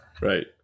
right